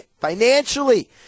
financially